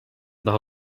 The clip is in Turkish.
daha